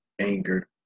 anger